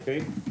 אוקי,